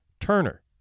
Turner